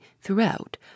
throughout